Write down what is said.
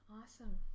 Awesome